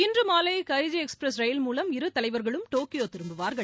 இன்று மாலை Kaiji express ரயில் மூலம் இரு தலைவர்களும் டோக்கியோ திரும்புவார்கள்